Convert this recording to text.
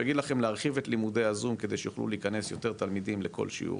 הוא יגיד לכם להרחיב את הזום כדי שיוכלו להיכנס יותר תלמידים לכל שיעור,